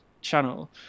channel